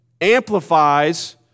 amplifies